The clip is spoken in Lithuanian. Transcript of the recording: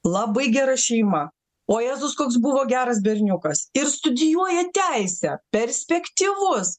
labai gera šeima o jėzus koks buvo geras berniukas ir studijuoja teisę perspektyvus